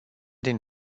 din